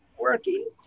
working